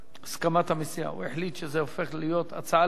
הוא החליט שזו הופכת להיות הצעה לסדר-היום ולא הצעת חוק.